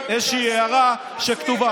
אני מעיר איזושהי הערה שכתובה.